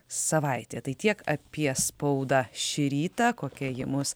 savaitė tai tiek apie spaudą šį rytą kokia ji mus